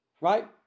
right